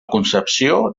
concepció